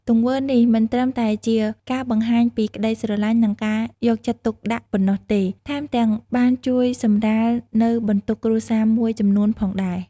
ទង្វើនេះមិនត្រឹមតែជាការបង្ហាញពីក្ដីស្រឡាញ់ និងការយកចិត្តទុកដាក់ប៉ុណ្ណោះទេ ថែមទាំងបានជួយសម្រាលនៅបន្ទុកគ្រួសារមួយចំនួនផងដែរ។